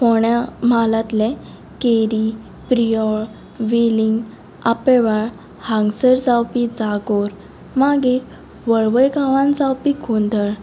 फोंड्या म्हालांतलें केरी प्रियोळ वेलींग आपेवाळ हांगसर जावपी जागोर मागीर वळवय गांवांत जावपी गोंदळ